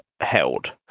held